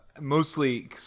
mostly